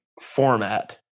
format